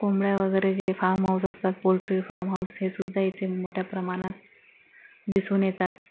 कोंबड्या वगैरे जे फार्म हाउस असतात पोल्ट्री फार्महाउस हे सुद्धा इथे मोठ्या प्रमाणात दिसून येतात